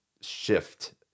shift